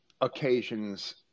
occasions